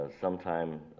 Sometime